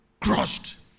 crushed